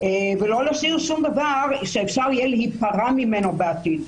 ולא להשאיר שום דבר שאפשר יהיה להיפרע ממנו בעתיד.